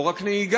לא רק נהיגה,